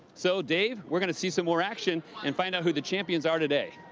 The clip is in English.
so dave, we're gonna see some more action and find out who the champions are today.